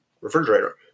refrigerator